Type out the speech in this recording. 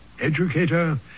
educator